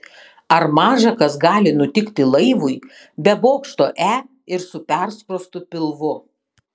ar maža kas gali nutikti laivui be bokšto e ir su perskrostu pilvu